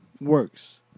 works